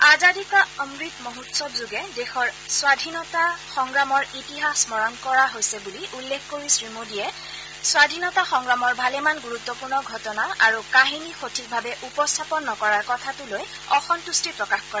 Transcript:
আজাদী কা অমৃত মহোৎসৱ যোগে দেশৰ স্বাধীনতা সংগ্ৰামৰ ইতিহাস স্মৰণ কৰা হৈছে বুলি উল্লেখ কৰি শ্ৰীমোদীয়ে স্বধীনতা সংগ্ৰামৰ ভালেমান গুৰুত্পূৰ্ণ ঘটনা আৰু কাহিনী সঠিকভাৱে উপস্থাপন নকৰাৰ কথাটো লৈ অসম্ভট্টি প্ৰকাশ কৰে